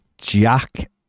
Jack